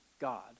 God